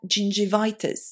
gingivitis